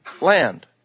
land